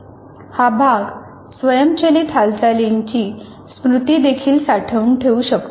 हा भाग स्वयंचलित हालचालीची स्मृती देखील साठवून ठेवू शकतो